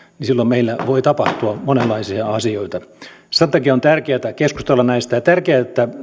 silloin meillä voi tapahtua monenlaisia asioita sen takia on tärkeää keskustella näistä ja tärkeää että